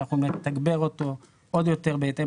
שאנחנו נתגבר אותו עוד יותר בהתאם